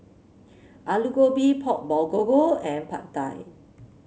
Alu Gobi Pork Bulgogi and Pad Thai